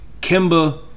Kimba